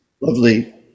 lovely